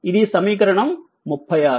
ఇది సమీకరణం 36